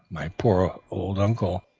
my poor old uncle,